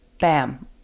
bam